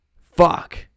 fuck